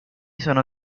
sono